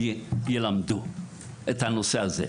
וילמדו את הנושא הזה".